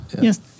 Yes